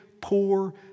poor